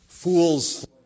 Fools